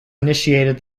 initiated